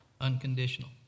unconditional